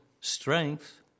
strength